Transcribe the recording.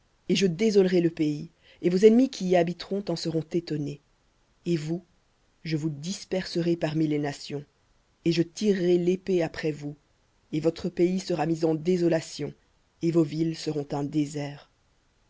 et je désolerai le pays et vos ennemis qui y habiteront en seront étonnés et vous je vous disperserai parmi les nations et je tirerai l'épée après vous et votre pays sera mis en désolation et vos villes seront un désert